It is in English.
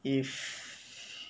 if